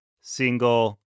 single